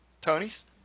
Tony's